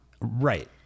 Right